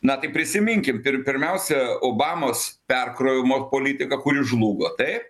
na tai prisiminkim pirmiausia obamos perkrovimo politiką kuri žlugo taip